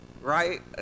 Right